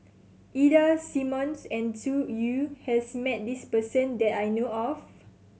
Ida Simmons and Zhu Xu has met this person that I know of